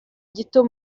gito